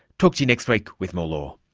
talk to you next week with more law